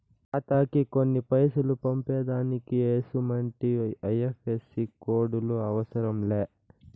ఖాతాకి కొన్ని పైసలు పంపేదానికి ఎసుమంటి ఐ.ఎఫ్.ఎస్.సి కోడులు అవసరం లే